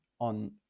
on